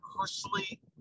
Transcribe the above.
personally